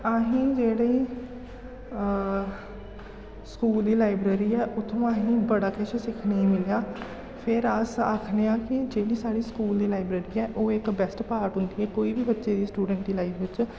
असें गी जेह्ड़ी स्कूल दी लाइब्रेरी ऐ उत्थुआं असें गी बड़ा किश सिक्खने गी मिलेआ फिर अस आखने आं कि जेह्ड़ी साढ़ी स्कूल दी लाइब्रेरी ऐ ओह् इक बैस्ट पार्ट होंदी ऐ कोई बी बच्चे दी स्टूडैंट दी लाइफ बिच्च